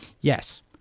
Yes